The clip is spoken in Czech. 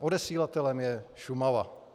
Odesílatelem je Šumava.